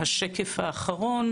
חברים ושלוש חברות,